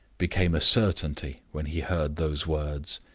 became a certainty when he heard those words.